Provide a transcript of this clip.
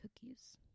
cookies